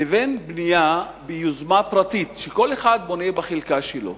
לבין בנייה ביוזמה פרטית, שכל אחד בונה בחלקה שלו.